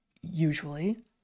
usually